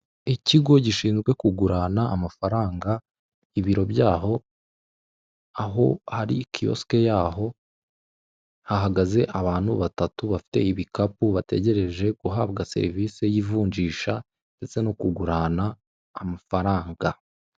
Ikigo gishinzwe kugurana amafaranga, ibiro byaho, aho hari kiyosike yaho, hahagaze abantu batatu bafite ibikapu, bategereje guhabwa serivise y'ivunjisha ndetse no kugurana amafaranga.